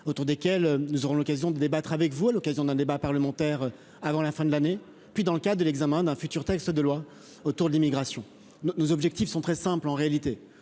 autour desquels nous aurons l'occasion de débattre avec vous, à l'occasion d'un débat parlementaire avant la fin de l'année, puis dans le cas de l'examen d'un futur texte de loi autour de l'immigration nos, nos objectifs sont très simples : en réalité,